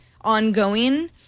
ongoing